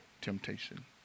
temptation